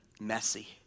messy